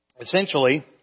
essentially